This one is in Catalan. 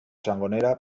sangonera